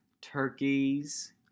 turkeys